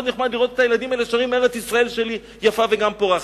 מאוד נחמד לראות את הילדים האלה שרים "ארץ-ישראל שלי יפה וגם פורחת".